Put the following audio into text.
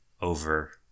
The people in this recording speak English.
over